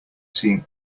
seeing